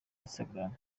instagram